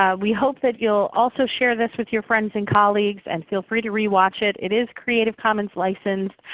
ah we hope that you'll also share this with your friends and colleagues and feel free to re-watch it. it is creative comments licensed.